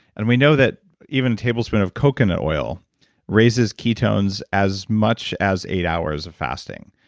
and we know that even a tablespoon of coconut oil raises ketones as much as eight hours of fasting.